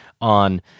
on